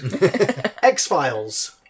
x-files